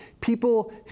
People